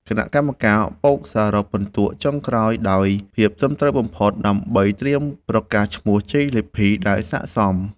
គណៈកម្មការបូកសរុបពិន្ទុចុងក្រោយដោយភាពត្រឹមត្រូវបំផុត ដើម្បីត្រៀមប្រកាសឈ្មោះជ័យលាភីដែលស័ក្តិសម។